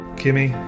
kimmy